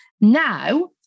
Now